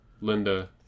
Linda